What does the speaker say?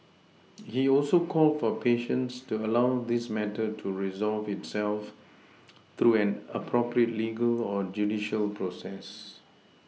he also called for patience to allow this matter to resolve itself through an appropriate legal or judicial process